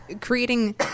creating